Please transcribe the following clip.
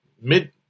mid